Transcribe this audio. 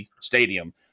stadium